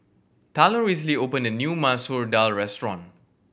Talon recently opened a new Masoor Dal restaurant